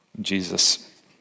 Jesus